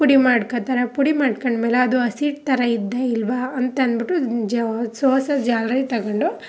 ಪುಡಿ ಮಾಡ್ಕೊಳ್ತಾರೆ ಪುಡಿ ಮಾಡ್ಕೊಂಡ್ಮೇಲೆ ಅದು ಹಸಿಟ್ಟು ಥರ ಇದ್ದೇ ಇಲ್ವ ಅಂತಂದ್ಬಿಟ್ಟು ಜೊ ಸೋಸೊ ಜಾಲ್ರಿ ತಗೊಂಡು